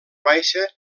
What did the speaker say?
baixa